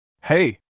Hey